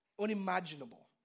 unimaginable